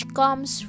comes